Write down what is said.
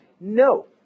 No